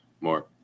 more